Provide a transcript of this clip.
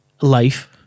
life